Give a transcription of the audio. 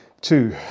two